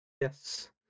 Yes